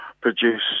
produce